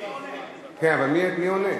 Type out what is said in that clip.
מי עונה?